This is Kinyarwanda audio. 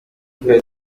twari